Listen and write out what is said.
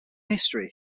history